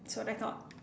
that's what I thought